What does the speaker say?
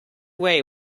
way